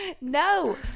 No